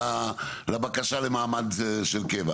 טיעונים לבקשה למעמד של קבע.